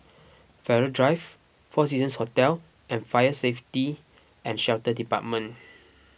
Farrer Drive four Seasons Hotel and Fire Safety at Shelter Department